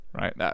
right